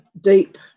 deep